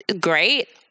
great